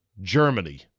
Germany